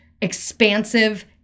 expansive